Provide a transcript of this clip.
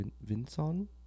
Vinson